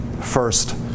first